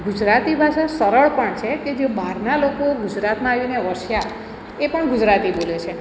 ગુજરાતી ભાષા સરળ પણ છે કે જે બહારના લોકો ગુજરાતમાં આવીને વસ્યા એ પણ ગુજરાતી બોલે છે